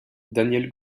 daniel